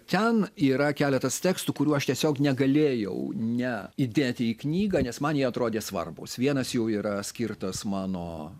ten yra keletas tekstų kurių aš tiesiog negalėjau ne įdėti į knygą nes man jie atrodė svarbūs vienas jų yra skirtos mano